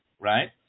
right